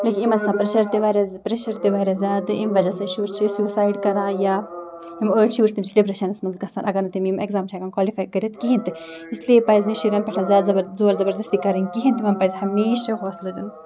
لیکِن یِمَن چھِ آسان پرٛیٚشَر تہِ واریاہ پرٛیٚشَر تہِ واریاہ زیادٕ امہِ وجہ سۭتۍ شُرۍ چھِ سیوٗسایڈ کَران یا یِم أڑۍ شُرۍ چھِ تِم چھِ ڈِپرٮ۪شَنَس منٛز گژھان اگر نہٕ تِم یِم اٮ۪کزام چھِ ہٮ۪کان کالِفَے کٔرِتھ کِہیٖنۍ تہِ اِسلیے پَزِنہٕ شُرٮ۪ن پٮ۪ٹھ زیادٕ زَبر زورٕ زَبردٔستی کَرٕنۍ کِہیٖنۍ تِمَن پَزِ ہمیشہ حوصلہٕ دیُن